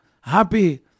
happy